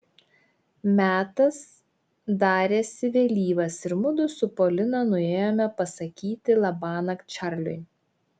metas darėsi vėlyvas ir mudu su polina nuėjome pasakyti labanakt čarliui